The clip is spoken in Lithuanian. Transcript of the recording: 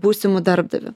būsimu darbdaviu